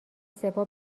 سپاه